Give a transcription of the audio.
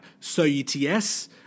SoUTS